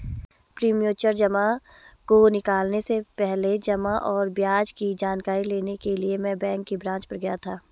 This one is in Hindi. प्रीमच्योर जमा को निकलने से पहले जमा और ब्याज की जानकारी लेने के लिए मैं बैंक की ब्रांच पर गया था